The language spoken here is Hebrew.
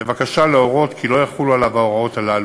בבקשה להורות כי לא יחולו עליו ההוראות הללו,